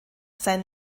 sein